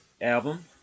album